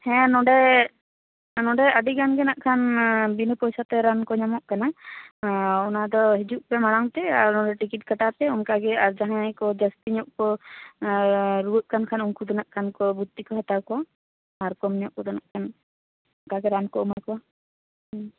ᱦᱮᱸ ᱱᱚᱰᱮ ᱱᱚᱰᱮ ᱟᱹᱰᱤ ᱜᱟᱱ ᱜᱮᱱᱟᱜ ᱠᱷᱟᱱ ᱵᱤᱱᱟᱹ ᱯᱚᱭᱥᱟᱛᱮ ᱨᱟᱱ ᱠᱚ ᱧᱟᱢᱚᱜ ᱠᱟᱱᱟ ᱚᱱᱟ ᱫᱚ ᱦᱤᱡᱩᱜ ᱯᱮ ᱢᱟᱲᱟᱝ ᱛᱮ ᱟᱨ ᱱᱚᱰᱮ ᱴᱤᱠᱤᱴ ᱠᱟᱴᱟᱣ ᱯᱮ ᱚᱱᱠᱟ ᱜᱮ ᱟᱨ ᱡᱟᱦᱟᱸᱭ ᱠᱚ ᱡᱟᱹᱥᱛᱤ ᱧᱚᱜ ᱠᱚ ᱨᱩᱭᱟᱹᱜ ᱠᱟᱱ ᱠᱷᱟᱱ ᱩᱱᱠᱩ ᱫᱚᱱᱟᱜᱠᱷᱟᱱ ᱠᱚ ᱵᱷᱩᱨᱛᱤ ᱠᱚ ᱦᱟᱛᱟᱣ ᱠᱚᱣᱟ ᱟᱨ ᱠᱚᱢ ᱧᱚᱜ ᱠᱚᱫᱚ ᱱᱟᱜᱠᱷᱟᱱ ᱚᱱᱠᱟ ᱜᱮ ᱨᱟᱱ ᱠᱚ ᱮᱢᱟ ᱠᱚᱣᱟ ᱦᱩ